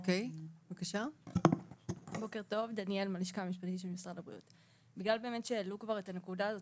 בגלל שכבר העלו את הנקודה הזאת,